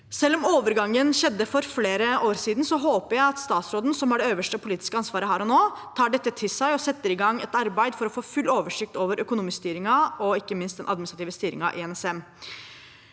Selv om overgangen skjedde for flere år siden, håper jeg at statsråden, som har det øverste politiske ansvaret her og nå, tar dette til seg og setter i gang et arbeid for å få full oversikt over økonomistyringen og ikke minst den administrative styringen i NSM.